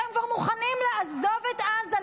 אתם כבר מוכנים לעזוב את עזה,